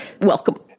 welcome